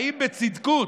באים בצדקות.